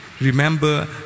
Remember